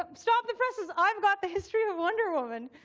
um stop the presses, i've got the history of wonder woman!